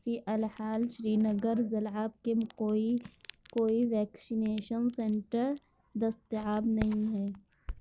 فی الحال سری نگر ضلع کے کوئی کوئی ویکشینیشن سینٹر دستیاب نہیں ہے